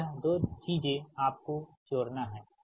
तोयह 2 चीजें आपको जोड़ना है